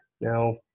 Now